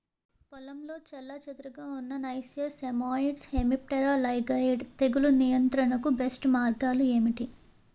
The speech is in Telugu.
పొలంలో చెల్లాచెదురుగా ఉన్న నైసియస్ సైమోయిడ్స్ హెమిప్టెరా లైగేయిడే తెగులు నియంత్రణకు బెస్ట్ మార్గాలు ఏమిటి?